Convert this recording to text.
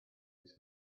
these